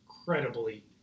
incredibly